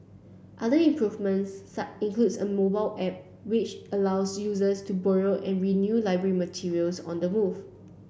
other improvements includes a mobile app which allows users to borrow and renew library materials on the move